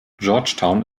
georgetown